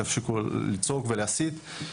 שיפסיקו לצעוק ולהסית,